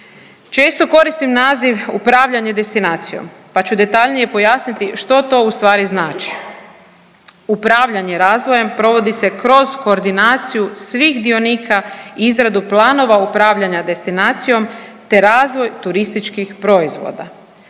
Često koristim naziv upravljanje destinacijom, pa ću detaljnije pojasniti što to ustvari znači. Upravljanje razvojem provodi se kroz koordinaciju svih dionika i izradu planova upravljanja destinacijom, te razvoj turističkih proizvoda.